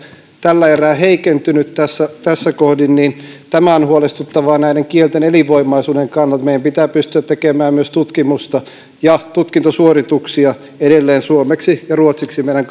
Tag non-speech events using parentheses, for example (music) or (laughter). tällä erää heikentynyt tässä tässä kohdin tämä on huolestuttavaa näiden kielten elinvoimaisuuden kannalta meidän pitää edelleen pystyä tekemään myös tutkimusta ja tutkintosuorituksia suomeksi ja ruotsiksi meidän (unintelligible)